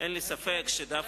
אין לי ספק שדווקא,